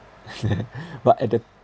but at that